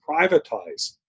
privatize